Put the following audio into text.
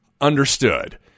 Understood